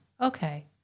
Okay